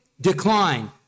decline